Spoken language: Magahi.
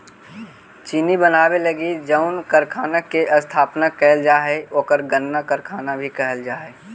चीनी बनावे लगी जउन कारखाना के स्थापना कैल जा हइ ओकरा गन्ना कारखाना भी कहल जा हइ